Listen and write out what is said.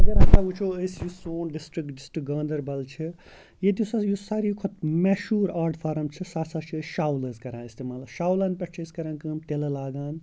اگر ہَسا وٕچھو أسۍ یہِ سون ڈِسٹرٛک ڈِسٹرٛک گاندَربل چھِ ییٚتِچ حظ یُس ساروے کھۄتہٕ مہشوٗر آٹ فارَم چھِ سُہ ہَسا چھِ أسۍ شَولٕز کَران استعمال حظ شَولَن پٮ۪ٹھ چھِ أسۍ کَران کٲم تِلہٕ لاگان